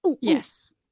Yes